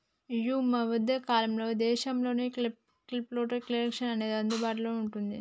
యీ మద్దె కాలంలో ఇదేశాల్లో క్రిప్టోకరెన్సీ అనేది అందుబాటులో వుంటాంది